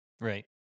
right